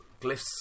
Glyphs